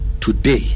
today